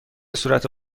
صورت